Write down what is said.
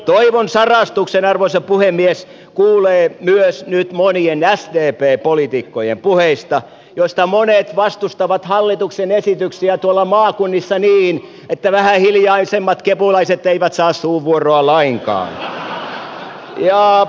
toivon sarastuksen arvoisa puhemies kuulee nyt myös monien sdpn poliitikkojen puheissa joista monet vastustavat hallituksen esityksiä tuolla maakunnissa niin että vähän hiljaisemmat kepulaiset eivät saa suunvuoroa lainkaan